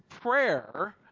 Prayer